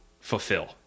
fulfill